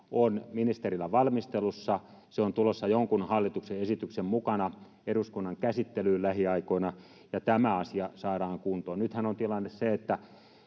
on ministerillä valmistelussa, se on tulossa jonkun hallituksen esityksen mukana eduskunnan käsittelyyn lähiaikoina ja tämä asia saadaan kuntoon? Nythän on tilanne se, että